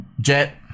Jet